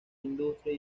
industria